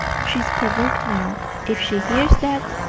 she's provoked now if she hears that,